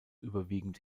überwiegend